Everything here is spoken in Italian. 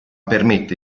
permette